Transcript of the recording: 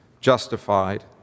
justified